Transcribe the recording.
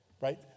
right